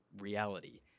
reality